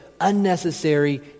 unnecessary